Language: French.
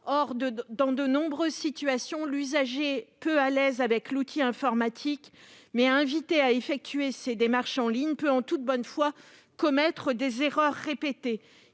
Or, dans de nombreuses situations, un usager peu à l'aise avec l'outil informatique, mais invité à effectuer ses démarches en ligne, peut en toute bonne foi commettre des erreurs répétées.